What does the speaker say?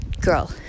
girl